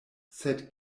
sed